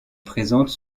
présente